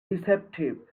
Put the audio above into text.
deceptive